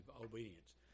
obedience